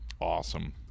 Awesome